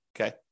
Okay